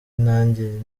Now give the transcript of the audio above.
nanjye